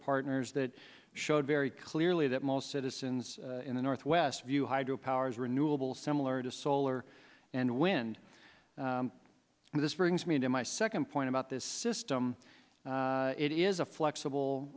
partners that showed very clearly that most citizens in the northwest view hydro power is renewable similar to solar and wind and this brings me to my second point about this system it is a flexible